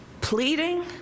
pleading